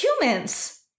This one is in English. humans